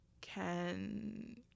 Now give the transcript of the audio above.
Can-